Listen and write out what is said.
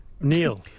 Neil